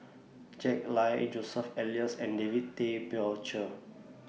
Jack Lai Joseph Elias and David Tay Poey Cher